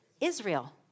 Israel